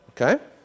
Okay